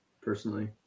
personally